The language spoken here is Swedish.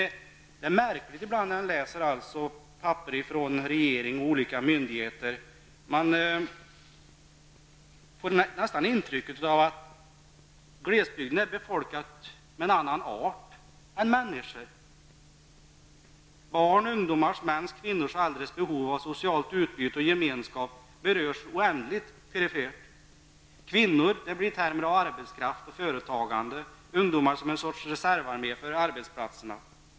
När jag läser handlingar från regeringen och olika myndigheter får jag nästan ett intryck av att de anser att glesbygden är befolkad med en annan art än människor. Barns, ungdomars, mäns och kvinnors behov av socialt utbyte och gemenskap berörs oändligt perifert. Kvinnor blir termer av arbetskraft och företagande och ungdomar som en sorts reservarmé för arbetsplatserna.